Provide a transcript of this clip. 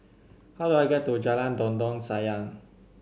how do I get to Jalan Dondang Sayang